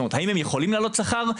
האם הם יכולים להעלות שכר?